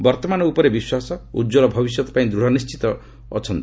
ବର୍ତ୍ତମାନ ଉପରେ ବିଶ୍ୱାସ ଓ ଉଜ୍ଜଳ ଭବିଷ୍ୟତପାଇଁ ଦୃଢ଼ ନିଶିତ ଅଛନ୍ତି